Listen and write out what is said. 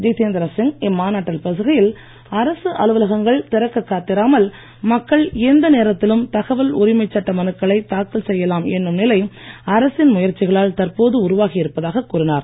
ஜிதேந்திர சிங் இம்மாநாட்டில் பேசுகையில் அரசு அலுவலகங்கள் திறக்கக் காத்திராமல் மக்கள் எந்த நேரத்திலும் தகவல் உரிமை சட்ட மனுக்களை தாக்கல் செய்யலாம் என்னும் நிலை அரசின் முயற்சிகளால் தற்போது உருவாகி இருப்பதாகக் கூறினார்